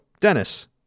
Dennis